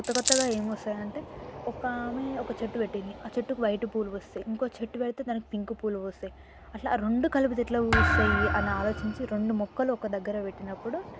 కొత్త కొత్తగా ఏమొస్తాయంటే ఒక్కామే ఒక చెట్టు పెట్టింది ఆ చెట్టుకి వైట్ పూలు పూస్తయి ఇంకో చెట్టు పెడితే దానికి పింక్ పూలు వస్తాయి అట్ల రెండు కలిపితే ఎట్ల పూస్తాయి అని ఆలోచించి రెండు మొక్కలు ఒక్కదగ్గర పెట్టినప్పుడు